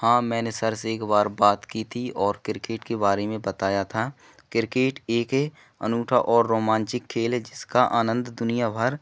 हाँ मैंने सर से एक बार बात की थी और किरकिट के बारे में बताया था किरकीट एक अनूठा और रोमांचक खेल है जिसका आनंद दुनियाभर